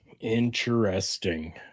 Interesting